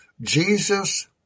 Jesus